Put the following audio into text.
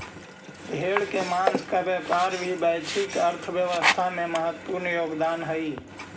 भेड़ के माँस का व्यापार भी वैश्विक अर्थव्यवस्था में महत्त्वपूर्ण योगदान हई